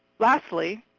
lastly,